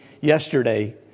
yesterday